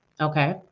okay